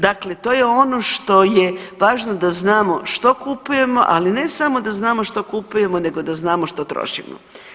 Dakle to je ono što je važno da znamo što kupujemo, ali ne samo da znamo što kupujemo nego da znamo što trošimo.